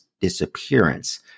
disappearance